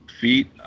feet